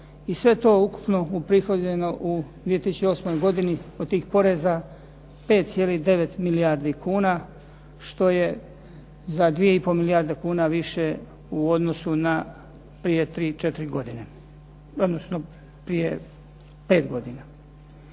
i sve to ukupno uprihodljeno u 2008. godini od tih poreza 5,9 milijardi kuna, što je za 2 i pol milijarde kuna više u odnosu na prije tri, četiri godine, odnosno prije pet godina.